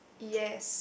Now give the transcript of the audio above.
yes